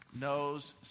knows